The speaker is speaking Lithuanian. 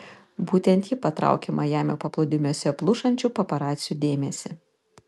būtent ji patraukė majamio paplūdimiuose plušančių paparacių dėmesį